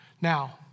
Now